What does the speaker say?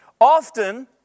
Often